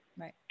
Right